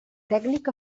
tècnic